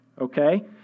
okay